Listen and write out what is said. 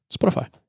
Spotify